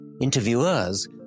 Interviewers